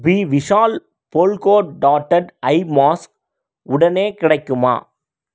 B Vishal polka dotted eye mask உடனே கிடைக்குமா